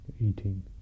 eating